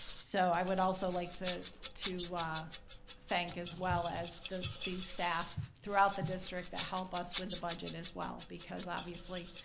so i would also like to to thank as well as the the staff throughout the district that help us with the budget as well because obviously,